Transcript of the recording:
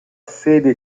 sede